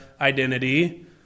identity